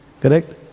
Correct